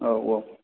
औ औ